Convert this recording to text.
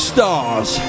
Stars